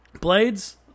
Blades